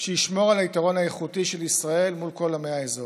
שישמור על היתרון האיכותי של ישראל מול כל עמי האזור.